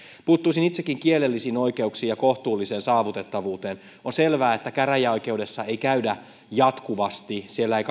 puuttuisin itsekin kielellisiin oikeuksiin ja kohtuulliseen saavutettavuuteen on selvää että käräjäoikeudessa ei käydä jatkuvasti siellä ei